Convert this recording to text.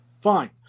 fine